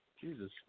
Jesus